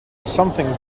something